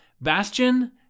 Bastion